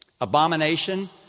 Abomination